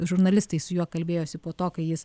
žurnalistai su juo kalbėjosi po to kai jis